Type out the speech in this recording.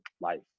life